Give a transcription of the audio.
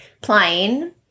plane